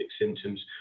symptoms